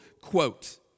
quote